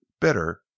bitter